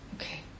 Okay